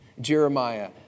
Jeremiah